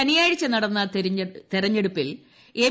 ശനിയാഴ്ച നടന്ന തെരഞ്ഞെടുപ്പിൽ എം